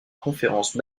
conférences